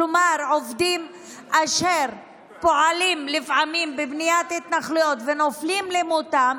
כלומר עובדים אשר פועלים לפעמים בבניית התנחלויות ונופלים למותם,